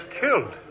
Killed